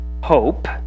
hope